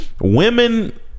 Women